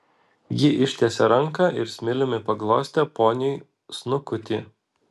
ji ištiesė ranką ir smiliumi paglostė poniui snukutį